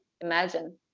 imagine